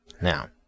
Now